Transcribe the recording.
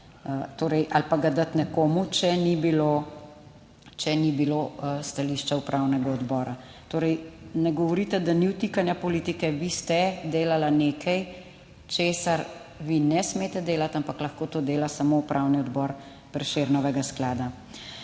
ali pa ga dati nekomu, če ni bilo, če ni bilo stališča upravnega odbora. Torej ne govorite, da ni vtikanja politike, vi ste delala nekaj, česar vi ne smete delati, ampak lahko to dela samo Upravni odbor Prešernovega sklada.